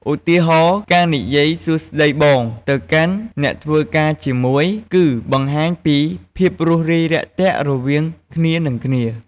ឧទាហណ៍ ការនិយាយ «សួស្ដីបង» ទៅកាន់អ្នកធ្វើការជាមួយ គឺបង្ហាញពីភាពរួសរាយរាក់ទាក់រវាងគ្នានិងគ្នា។